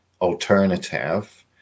alternative